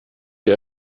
der